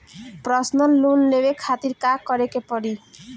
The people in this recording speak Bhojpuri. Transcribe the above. परसनल लोन लेवे खातिर का करे के पड़ी?